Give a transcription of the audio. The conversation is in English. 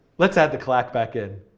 let's add the clack back in.